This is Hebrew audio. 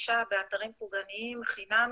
לגלישה באתרים פוגעניים חינמי,